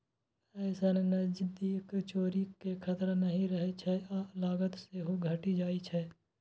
अय सं नकदीक चोरी के खतरा नहि रहै छै आ लागत सेहो घटि जाइ छै